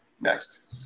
Next